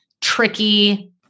tricky